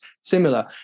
similar